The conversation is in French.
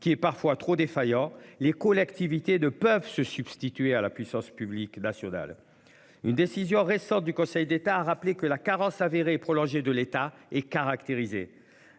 qui est parfois trop défaillant. Les collectivités de peuvent se substituer à la puissance publique nationale. Une décision récente du Conseil d'État a rappelé que la carence avérée prolongé de l'État est caractérisé,